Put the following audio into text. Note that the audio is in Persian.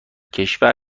کشور